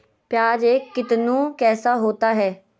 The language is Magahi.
प्याज एम कितनु कैसा होता है?